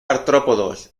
artrópodos